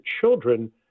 children